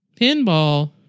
Pinball